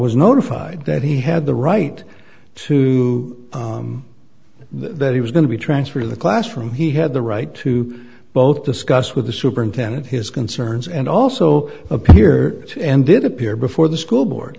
was notified that he had the right to that he was going to be transferred to the classroom he had the right to both discuss with the superintendent his concerns and also appear and did appear before the school board